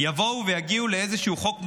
שיבואו ויגיעו לאיזשהו חוק מוסכם.